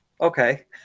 okay